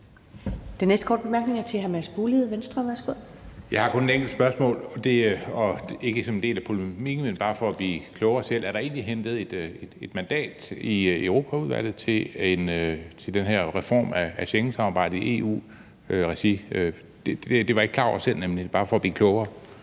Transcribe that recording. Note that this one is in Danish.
Venstre. Værsgo. Kl. 15:29 Mads Fuglede (V): Jeg har kun et enkelt spørgsmål, og det er ikke som en del af polemikken, men bare for selv at blive klogere: Er der egentlig hentet et mandat i Europaudvalget til den her reform af Schengensamarbejdet i EU-regi? Det var jeg nemlig ikke selv klar over. Så det er bare for at blive klogere.